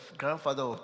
grandfather